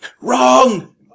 Wrong